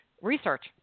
research